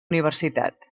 universitat